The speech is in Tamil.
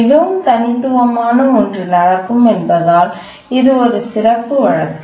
மிகவும் தனித்துவமான ஒன்று நடக்கும் என்பதால் இது ஒரு சிறப்பு வழக்கு